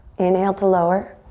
inhale to lower.